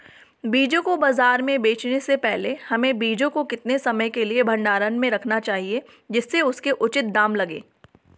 बीजों को बाज़ार में बेचने से पहले हमें बीजों को कितने समय के लिए भंडारण में रखना चाहिए जिससे उसके उचित दाम लगें?